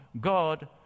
God